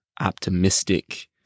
optimistic